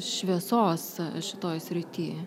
šviesos šitoje srityje